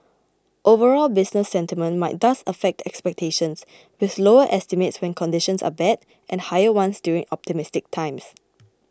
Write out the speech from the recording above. overall business sentiment might thus affect expectations with lower estimates when conditions are bad and higher ones during optimistic times